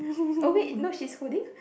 oh wait not she's holding